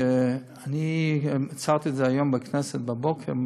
ואני הצהרתי את זה היום בכנסת בבוקר,